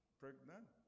pregnant